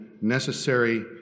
necessary